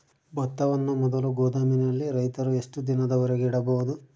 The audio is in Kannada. ಭತ್ತವನ್ನು ಮೊದಲು ಗೋದಾಮಿನಲ್ಲಿ ರೈತರು ಎಷ್ಟು ದಿನದವರೆಗೆ ಇಡಬಹುದು?